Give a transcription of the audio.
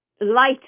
light